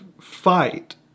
fight